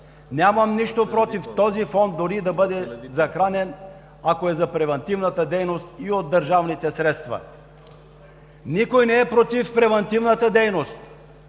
Нямам нищо против този фонд дори да бъде захранен, ако е за превантивна дейност, и от държавните средства. Никой не е против превантивната дейност.